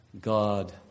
God